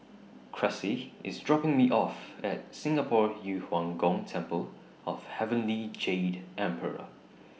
Cressie IS dropping Me off At Singapore Yu Huang Gong Temple of Heavenly Jade Emperor